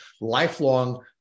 lifelong